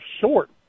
short